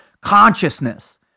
consciousness